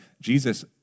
Jesus